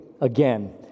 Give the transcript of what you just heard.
Again